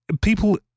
People